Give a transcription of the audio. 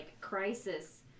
crisis